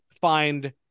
find